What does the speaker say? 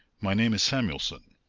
my name is samuelson.